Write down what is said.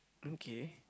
okay